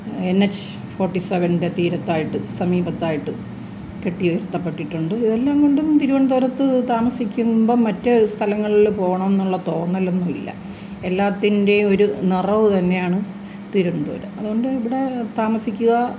N H ഫോർട്ടിസെവൻ്റെ തീരത്തായിട്ട് സമീപത്തായിട്ട് കെട്ടിയുയർത്തപ്പെട്ടിട്ടുണ്ട് ഇതെല്ലാം കൊണ്ടും തിരുവനന്തപുരത്ത് താമസിക്കുമ്പോള് മറ്റ് സ്ഥലങ്ങളില് പോകണമെന്നുള്ള തോന്നലൊന്നുമില്ല എല്ലാത്തിൻ്റെയും ഒരു നിറവ് തന്നെയാണ് തിരുവനന്തപുരം അതുകൊണ്ട് ഇവിടെ താമസിക്കുക